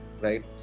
right